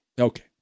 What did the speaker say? Okay